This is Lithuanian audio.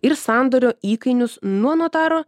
ir sandorio įkainius nuo notaro